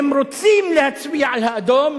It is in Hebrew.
הם רוצים להצביע על האדום,